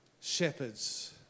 Shepherds